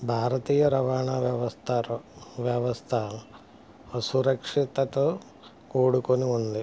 భారతీయ రవాణా వ్యవస్థ వ్యవస్థ అసురక్షితతో కూడుకొని ఉంది